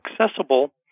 accessible